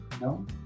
No